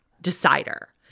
decider